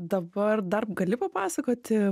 dabar dar gali papasakoti